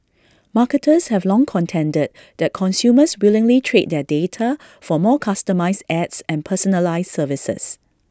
marketers have long contended that consumers willingly trade their data for more customised ads and personalised services